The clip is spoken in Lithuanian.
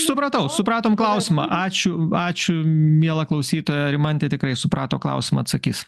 supratau supratom klausimą ačiū ačiū miela klausytoja rimantė tikrai suprato klausimą atsakys